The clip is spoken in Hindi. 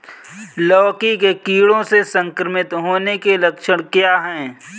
लौकी के कीड़ों से संक्रमित होने के लक्षण क्या हैं?